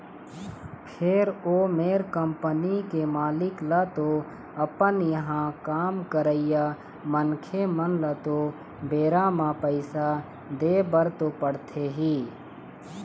फेर ओ मेर कंपनी के मालिक ल तो अपन इहाँ काम करइया मनखे मन ल तो बेरा म पइसा देय बर तो पड़थे ही